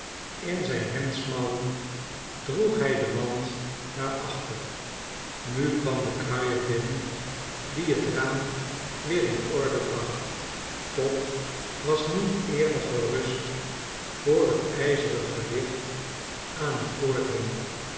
in zijn hemdsmouwen droeg hij de mand naar achter nu kwam de kruier binnen die het raam weer in orde bracht pop was niet eerder gerust vr het ijzeren gewicht aan het